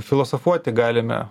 filosofuoti galime